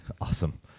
Awesome